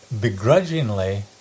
begrudgingly